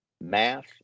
math